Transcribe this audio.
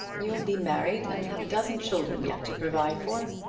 you'll be married and have a dozen children yet to provide for.